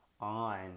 on